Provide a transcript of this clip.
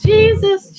Jesus